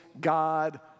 God